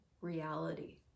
reality